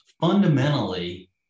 fundamentally